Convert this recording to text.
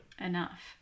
enough